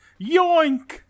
Yoink